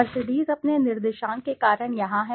Mercedes अपने निर्देशांक के कारण यहां है